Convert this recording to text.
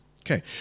Okay